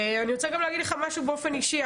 ואני רוצה גם להגיד לך משהו באופן אישי,